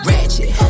Ratchet